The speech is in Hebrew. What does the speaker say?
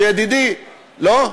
שידידי, לא?